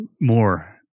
more